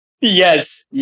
Yes